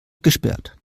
gesperrt